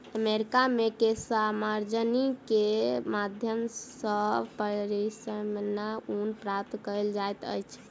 America मे केशमार्जनी के माध्यम सॅ पश्मीना ऊन प्राप्त कयल जाइत अछि